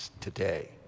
Today